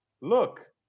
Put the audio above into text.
look